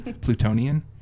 Plutonian